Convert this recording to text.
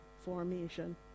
formation